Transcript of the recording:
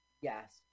Yes